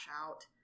out